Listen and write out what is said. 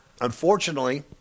unfortunately